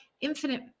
infinite